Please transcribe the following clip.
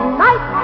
night